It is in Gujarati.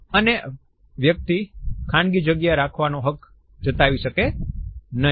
અને વ્યક્તિ ખાનગી જગ્યા રાખવાનો હક જતાવી શકે નહીં